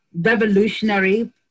revolutionary